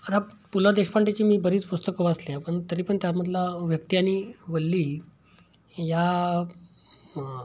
हा पु ल देशपांडेची मी बरीच पुस्तकं वाचली पण तरी पण त्यामधला व्यक्ती आणि वल्ली या